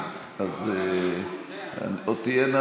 שתיים,